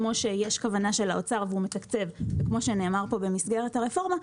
כמו שיש כוונה של האוצר והוא מתקצב במסגרת הרפורמה,